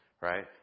Right